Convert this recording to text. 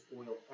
oil